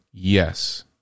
Yes